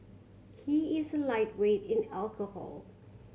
he is a lightweight in alcohol